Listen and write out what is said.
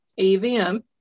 AVM